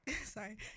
sorry